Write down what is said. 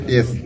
Yes